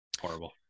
horrible